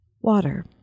Water